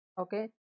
okay